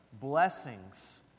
blessings